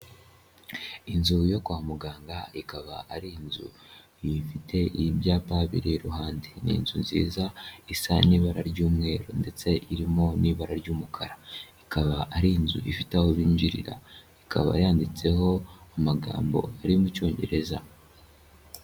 Inzu yo kwa muganga ikaba ari inzu ifite ibyapa biri iruhande, ni inzu nziza isa n'ibara ry'umweru ndetse irimo n'ibara ry'umukara, ikaba ari inzu ifite aho binjirira, ikaba yanditseho amagambo ari mu cyongereza.